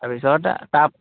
তাৰপিছত